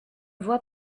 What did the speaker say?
vois